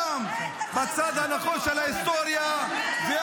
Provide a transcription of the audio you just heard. הוא רוצה למנוע את התפקיד ההיסטורי שלנו לשים